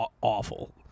Awful